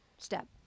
step